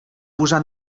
burza